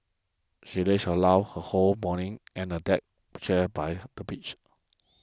she lazed her loud her whole morning and a deck chair by the beach